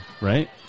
right